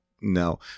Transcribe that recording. no